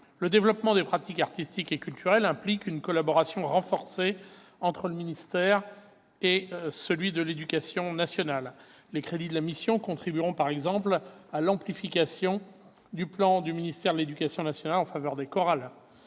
Le développement des pratiques artistiques et culturelles implique une collaboration renforcée entre le ministère de la culture et celui de l'éducation nationale. Les crédits de la mission contribueront, par exemple, à l'amplification du plan du ministère de l'éducation nationale en faveur des chorales.